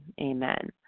Amen